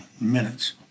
Minutes